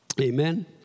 Amen